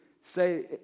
say